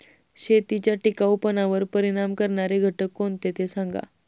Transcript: शेतीच्या टिकाऊपणावर परिणाम करणारे घटक कोणते ते सांगा